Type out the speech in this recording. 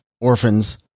orphans